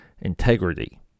integrity